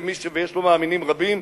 ויש לו מאמינים רבים,